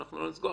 אנחנו לא נסגור,